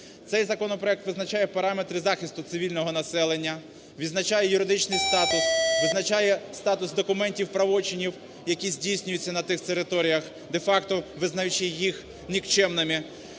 Цей законопроект визначає параметри захисту цивільного населення, визначає юридичний статус, визначає статус документів, правочинів, які здійснюються на тих територіях, де-факто визнаючи їх нікчемними,